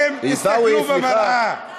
אתם תסתכלו במראה.